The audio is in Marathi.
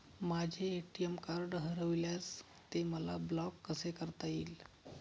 माझे ए.टी.एम कार्ड हरविल्यास ते मला ब्लॉक कसे करता येईल?